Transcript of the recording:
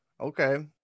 okay